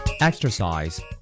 Exercise